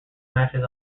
matches